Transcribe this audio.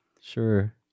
Sure